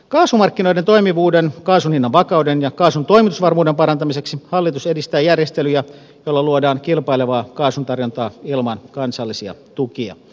kaasumarkkinoiden toimivuuden kaasun hinnan vakauden ja kaasun toimitusvarmuuden parantamiseksi hallitus edistää järjestelyjä joilla luodaan kilpailevaa kaasuntarjontaa ilman kansallisia tukia